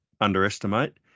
underestimate